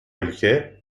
ülke